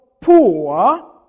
poor